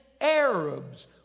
Arabs